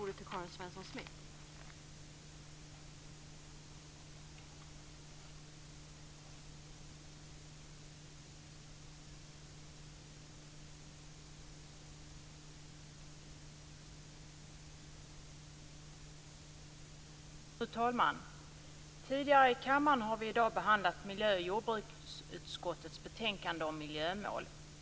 Fru talman! Vi har tidigare i dag i kammaren behandlat miljö och jordbruksutskottets betänkande om miljömål.